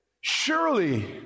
surely